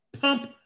pump